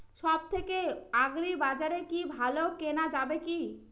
সব থেকে আগ্রিবাজারে কি ভালো কেনা যাবে কি?